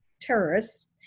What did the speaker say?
terrorists